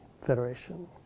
Federation